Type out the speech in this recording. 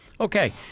Okay